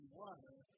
water